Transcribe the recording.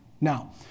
Now